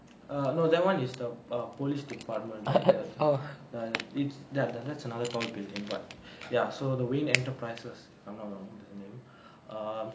err no that [one] is the err police department err it's that that's another tall building but ya so the wayne enterprises if I'm not wrong that's the name um